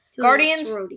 Guardians